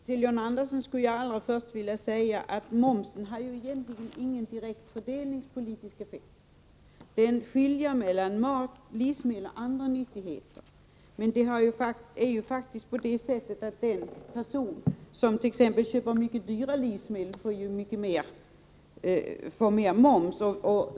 Herr talman! Först skulle jag vilja säga till John Andersson att momsen egentligen inte har någon direkt fördelningspolitisk effekt. Den skiljer inte mellan livsmedel och andra nyttigheter, men det är naturligtvis på det sättet att den person som köper exempelvis mycket dyra livsmedel får betala mera moms.